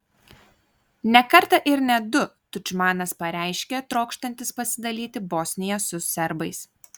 ne kartą ir ne du tudžmanas pareiškė trokštantis pasidalyti bosniją su serbais